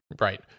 right